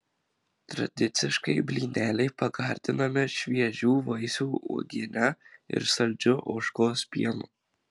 tradiciškai blyneliai pagardinami šviežių vaisių uogiene ir saldžiu ožkos pienu